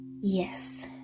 Yes